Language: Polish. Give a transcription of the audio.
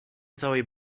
całej